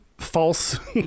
false